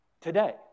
today